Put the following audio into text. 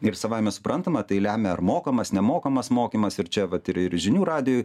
ir savaime suprantama tai lemia ar mokamas nemokamas mokymas ir čia vat ir ir žinių radijuj